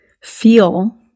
feel